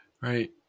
right